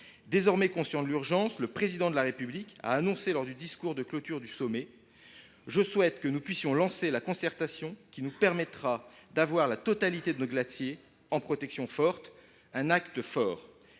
Désormais conscient de l’urgence, le Président de la République s’est exprimé ainsi lors du discours de clôture du sommet :« Je souhaite que nous puissions lancer la concertation qui nous permettra d’avoir la totalité de nos glaciers en protection forte. » Il s’agit